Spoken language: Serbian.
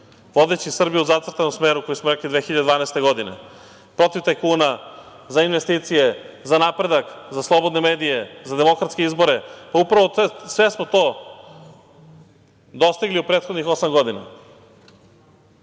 vodeći Srbiju u zacrtanom smeru koji smo rekli 2012. godine protiv tajkuna, za investicije, za napredak, za slobodne medije, za demokratske izbore, pa upravo sve smo to dostigli u prethodnih osam godina,